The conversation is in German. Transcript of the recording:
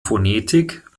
phonetik